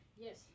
Yes